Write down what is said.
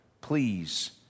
please